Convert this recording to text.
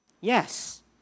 yes